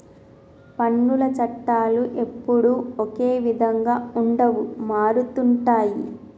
పన్నుల చట్టాలు ఎప్పుడూ ఒకే విధంగా ఉండవు మారుతుంటాయి